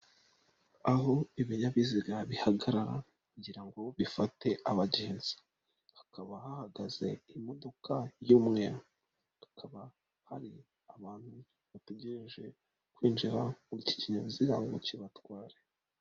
Aho ibinyabiziga bihagarara kugira ngo bifate abagenzi, hakaba hahagaze imodoka y'umweru, hakaba hari abantu bategereje kwinjira muri iki kinyabiziga ngo kibatware.